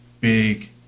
big